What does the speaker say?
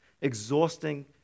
exhausting